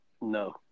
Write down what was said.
No